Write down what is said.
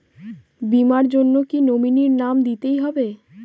বীমার জন্য কি নমিনীর নাম দিতেই হবে?